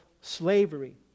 slavery